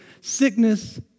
sickness